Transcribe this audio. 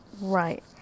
right